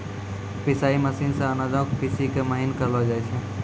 पिसाई मशीनो से अनाजो के पीसि के महीन करलो जाय छै